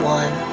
one